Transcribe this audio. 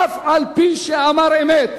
אף-על-פי שאמר אמת.